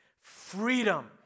freedom